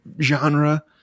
genre